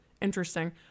Interesting